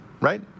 right